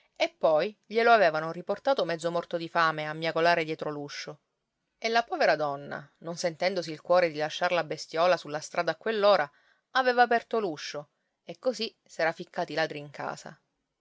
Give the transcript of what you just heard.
e poi glielo avevano riportato mezzo morto di fame a miagolare dietro l'uscio e la povera donna non sentendosi il cuore di lasciar la bestiola sulla strada a quell'ora aveva aperto l'uscio e così s'era ficcati i ladri in casa